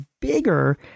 bigger